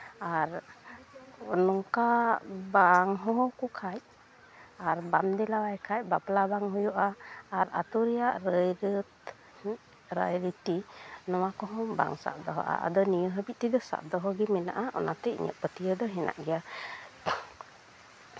ᱟᱨ ᱱᱚᱝᱠᱟ ᱵᱟᱝ ᱦᱚᱦᱚ ᱟᱠᱚ ᱠᱷᱟᱡ ᱟᱨ ᱵᱟᱢ ᱫᱮᱞᱟ ᱟᱭ ᱠᱷᱟᱡ ᱵᱟᱯᱞᱟ ᱵᱟᱝ ᱦᱩᱭᱩᱜᱼᱟ ᱟᱨ ᱟᱹᱛᱩ ᱨᱮᱭᱟᱹᱜ ᱨᱟᱹᱭ ᱨᱟᱹᱛ ᱨᱟᱭ ᱨᱤᱛᱤ ᱱᱚᱣᱟ ᱠᱚᱦᱚᱸ ᱵᱟᱝ ᱥᱟᱵ ᱫᱚᱦᱚᱜᱼᱟ ᱟᱫᱚ ᱱᱤᱭᱟᱹ ᱦᱟᱹᱵᱤᱡ ᱛᱮᱫᱚ ᱥᱟᱵ ᱫᱚᱦᱚᱜᱮ ᱢᱮᱱᱟᱜᱼᱟ ᱚᱱᱟᱛᱮ ᱤᱧᱟᱹᱜ ᱫᱚ ᱯᱟᱹᱛᱭᱟᱹᱣ ᱫᱚ ᱦᱮᱱᱟᱜ ᱜᱮᱭᱟ